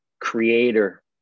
creator